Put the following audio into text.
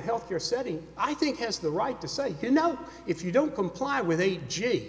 health care setting i think has the right to say you know if you don't comply with a jig